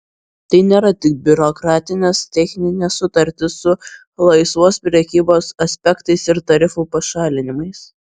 tai nėra tik biurokratinės techninės sutartys su laisvos prekybos aspektais ir tarifų pašalinimais